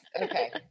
Okay